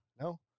No